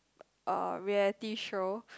uh reality show